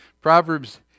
Proverbs